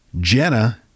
Jenna